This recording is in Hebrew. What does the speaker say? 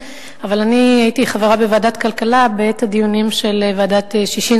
אבל אני הייתי חברה בוועדת הכלכלה בעת הדיונים של ועדת-ששינסקי.